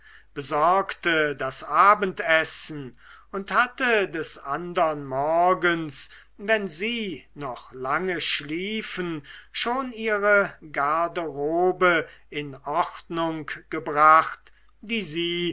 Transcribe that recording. besorgte das abendessen und hatte des andern morgens wenn sie noch lange schliefen schon ihre garderobe in ordnung gebracht die sie